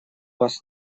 вас